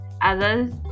others